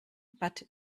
but